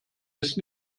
ist